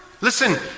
Listen